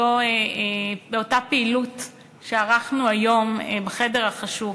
באותה פעילות שערכנו היום בחדר החשוך.